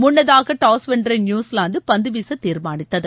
முன்னதாக டாஸ் வென்ற நியூசிலாந்து பந்து வீச தீர்மானித்தது